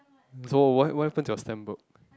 so what what happen to your stamp book